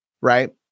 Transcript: right